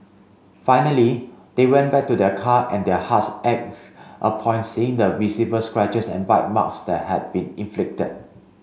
finally they went back to their car and their hearts ached upon seeing the visible scratches and bite marks that had been inflicted